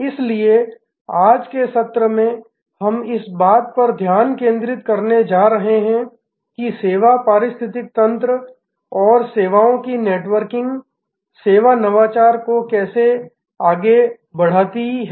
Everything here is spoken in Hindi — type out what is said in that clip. इसलिए आज के सत्र में हम इस बात पर ध्यान केंद्रित करने जा रहे हैं कि सेवा पारिस्थितिकी तंत्र और सेवाओं की नेटवर्किंग सेवा नवाचार को कैसे आगे बढ़ाती है